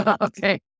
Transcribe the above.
Okay